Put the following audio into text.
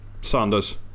Sanders